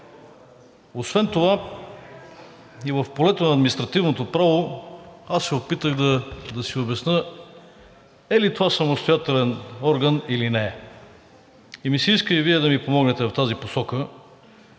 освен това и в полето на административното право аз се опитах да си обясня: е ли това самостоятелен орган, или не е? И ми се иска и Вие да ми помогнете в тази посока,